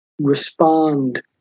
respond